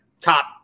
top